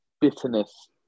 bitterness